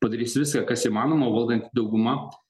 padarys viską kas įmanoma o valdanti dauguma